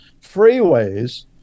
freeways